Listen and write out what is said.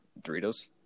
Doritos